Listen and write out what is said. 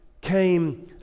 came